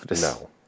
No